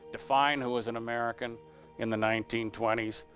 define who was an american in the nineteen twenty s.